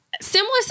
similar